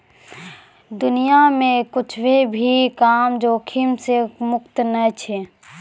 दुनिया मे कुच्छो भी काम जोखिम से मुक्त नै छै